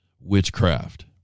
witchcraft